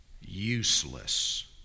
useless